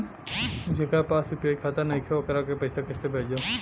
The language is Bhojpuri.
जेकरा पास यू.पी.आई खाता नाईखे वोकरा के पईसा कईसे भेजब?